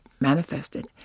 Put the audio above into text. manifested